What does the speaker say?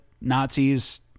Nazis